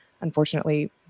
Unfortunately